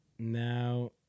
Now